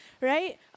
right